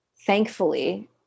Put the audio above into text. thankfully